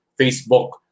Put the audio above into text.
Facebook